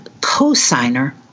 co-signer